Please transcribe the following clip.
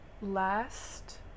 last